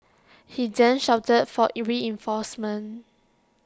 he then shouted for reinforcements